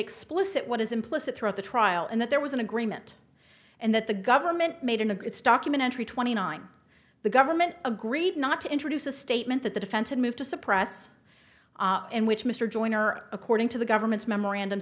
explicit what is implicit throughout the trial and that there was an agreement and that the government made of its documentary twenty nine the government agreed not to introduce a statement that the defense had moved to suppress and which mr joyner according to the government's memorandum